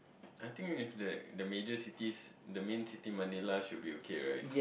I think if they the major cities the main city Manila should be okay right